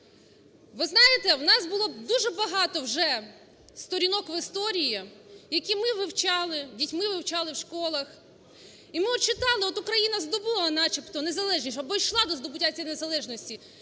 у нас було дуже багато вже сторінок в історії, які ми вивчали, дітьми вивчали в школах. І ми от читали, от Україна здобула начебто незалежність або йшла до здобуття цієї незалежності